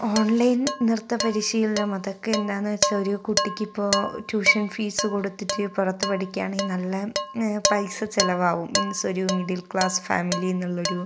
online നൃത്ത പരിശീലനം അതൊക്കെ എന്തണെന്ന് വച്ച ഒരു കുട്ടിക്ക് ഇ പ്പോൾ ട്യൂഷൻ ഫീസ് കൊടുത്തിട്ട് പുറത്ത് പഠിക്കുകയാണെങ്കിൽ നല്ല പൈസ ചിലവാവും മീൻസ് ഒരു മിഡിൽ ക്ലാസ് ഫാമിലി എന്നുള്ള ഒരു